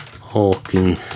Hawking